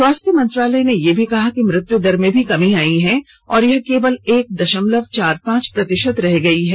स्वास्थ्य मंत्रालय ने यह भी कहा है कि मृत्यु दर में भी कमी आई है और यह केवल एक दशमलव चार पांच प्रतिशत रह गई है